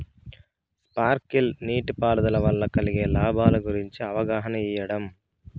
Sprinkle నీటిపారుదల వల్ల కలిగే లాభాల గురించి అవగాహన ఇయ్యడం?